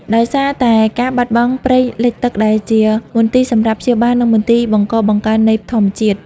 ដោយសារតែការបាត់បង់ព្រៃលិចទឹកដែលជា មន្ទីរសម្រាកព្យាបាល និងមន្ទីរបង្កកំណើត នៃធម្មជាតិ។